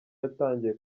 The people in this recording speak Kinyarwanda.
yatangiye